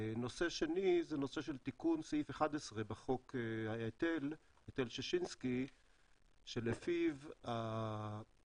נושא שני זה נושא של תיקון סעיף 11 בחוק היטל ששינסקי שלפיו השומות